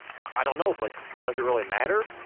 i don't know, but does it really matter?